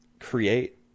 create